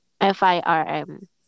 F-I-R-M